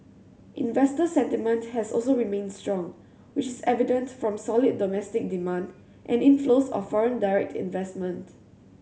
investor sentiment has also remained strong which is evident from solid domestic demand and inflows of foreign direct investment